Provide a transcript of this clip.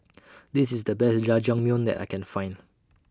This IS The Best Jajangmyeon that I Can Find